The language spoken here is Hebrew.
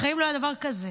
בחיים לא היה דבר כזה.